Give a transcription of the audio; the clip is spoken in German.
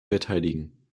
verteidigen